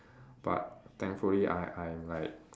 but thankfully I I'm like